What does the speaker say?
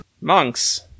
Monks